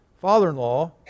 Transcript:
father-in-law